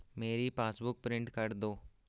मेरी passbook print कर दो